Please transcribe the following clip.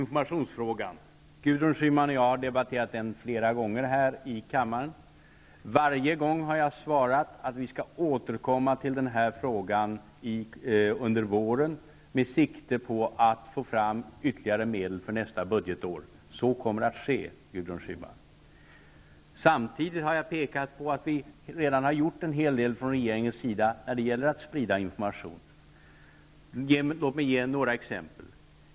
Herr talman! Gudrun Schyman och jag har debatterat frågan om information flera gånger i kammaren. Varje gång har jag svarat att vi skall återkomma till den frågan under våren med sikte på att få fram ytterligare medel till nästa budgetår. Så kommer att ske, Gudrun Schyman. Samtidigt har jag pekat på att vi har redan gjort en hel del från regeringens sida när det gäller att sprida information. Låt mig ge några exempel.